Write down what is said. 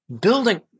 building